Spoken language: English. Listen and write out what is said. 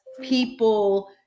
people